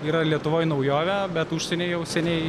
yra lietuvoj naujovė bet užsieny jau seniai